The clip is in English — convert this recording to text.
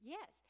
Yes